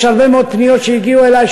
הרבה מאוד פניות הגיעו אלי,